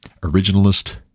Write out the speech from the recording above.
originalist